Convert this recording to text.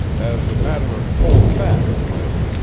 as a matter of cold fact, priss,